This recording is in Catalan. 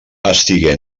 estigué